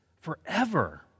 forever